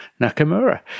Nakamura